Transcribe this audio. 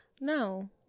no